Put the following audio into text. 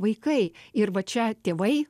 vaikai ir va čia tėvai